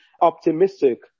optimistic